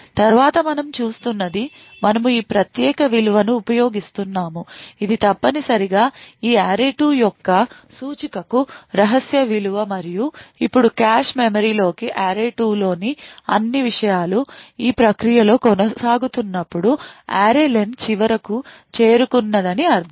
తరువాత మనం చేస్తున్నది మనము ఈ ప్రత్యేక విలువను ఉపయోగిస్తున్నాము ఇది తప్పనిసరిగా ఈ array2 యొక్క సూచికకు రహస్య విలువ మరియు ఇప్పుడు కాష్ మెమరీలోకి array2 లోని అన్ని విషయాలు ఈ ప్రక్రియలో కొనసాగుతున్నప్పుడు అర్రే లెన్ చివరకు చేరుకున్నదని అర్థం